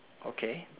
okay